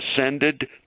ascended